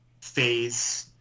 phase